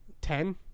ten